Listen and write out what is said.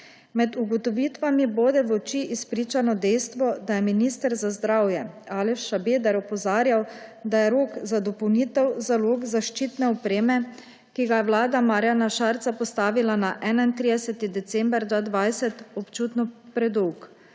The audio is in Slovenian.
Med ugotovitvami bode v oči izpričano dejstvo, da je minister za zdravje Aleš Šabeder opozarjal, da je rok za dopolnitev zalog zaščitne opreme, ki ga je vlada Marjana Šarca postavila na 31. december 2020, občutno predolg.